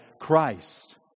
Christ